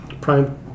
Prime